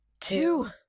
Two